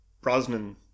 Brosnan